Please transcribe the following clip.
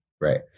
right